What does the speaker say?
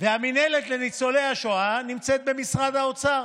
המינהלת לניצולי השואה נמצאת במשרד האוצר,